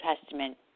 Testament